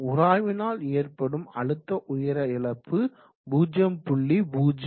உராய்வினால் ஏற்படும் அழுத்த உயர இழப்பு 0